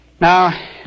Now